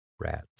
rats